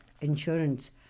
insurance